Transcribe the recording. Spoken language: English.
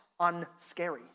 unscary